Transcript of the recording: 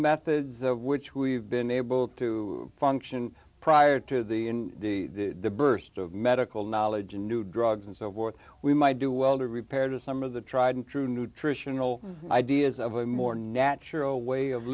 methods of which we've been able to function prior to the in the burst of medical knowledge and new drugs and so forth we might do well to repair to some of the tried and true nutritional ideas of a more natural way of